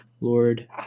Lord